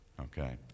okay